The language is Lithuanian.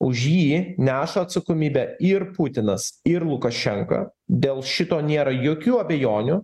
už jį neša atsakomybę ir putinas ir lukašenka dėl šito nėra jokių abejonių